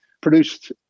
produced